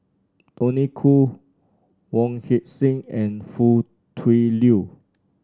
Tony Khoo Wong Heck Sing and Foo Tui Liew